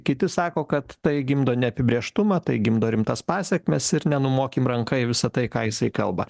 kiti sako kad tai gimdo neapibrėžtumą tai gimdo rimtas pasekmes ir nenumokim ranka į visą tai ką jisai kalba